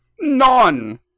None